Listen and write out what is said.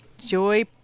Joy